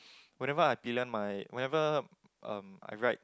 whenever I pillion my whenever um I ride